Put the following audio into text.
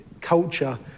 culture